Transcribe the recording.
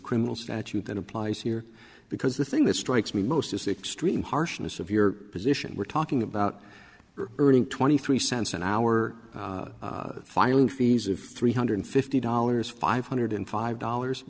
criminal statute that applies here because the thing that strikes me most is the extreme harshness of your position we're talking about earning twenty three cents an hour filing fees of three hundred fifty dollars five hundred five dollars